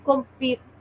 Compete